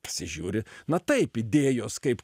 pasižiūri na taip idėjos kaip